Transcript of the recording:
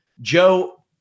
Joe